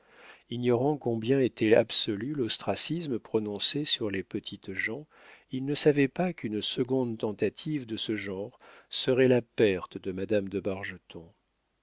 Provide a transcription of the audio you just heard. ignorant combien était absolu l'ostracisme prononcé sur les petites gens il ne savait pas qu'une seconde tentative de ce genre serait la perte de madame de